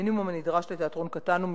המינימום הנדרש לתיאטרון קטן הוא